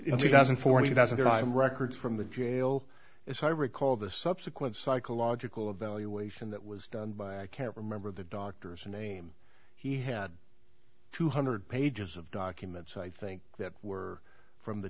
in two thousand forty thousand there are some records from the jail as i recall the subsequent psychological evaluation that was done by i can't remember the doctor's a name he had two hundred pages of documents i think that were from the